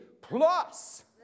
Plus